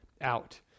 out